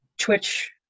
twitch